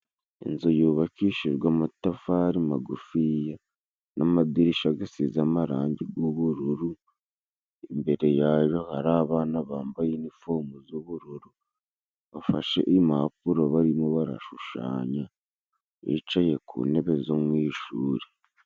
Inzu yubakishijwe amatafari magufiya n'amadirisha gasize amarangi g'ubururu, imbere yayo hari abana bambaye inifomu z'ubururu, bafashe impapuro barimo barashushanya bicaye ku ntebe zo mu ishuri.